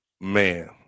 Man